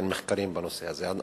אין מחקרים בנושא הזה.